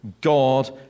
God